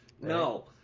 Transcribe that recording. no